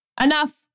enough